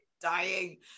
dying